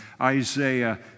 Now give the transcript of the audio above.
Isaiah